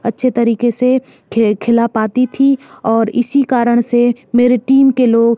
अच्छे तरीके से खेल खिला पाती थी और इसी कारण से मेरे टीम के लोग